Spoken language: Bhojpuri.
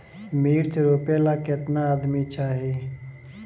मिर्च रोपेला केतना आदमी चाही?